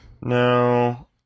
No